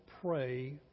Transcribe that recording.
pray